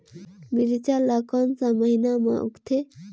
मिरचा ला कोन सा महीन मां उगथे?